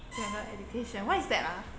general education what is that ah